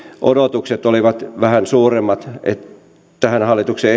odotukset olivat vähän suuremmat tälle hallituksen